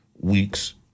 weeks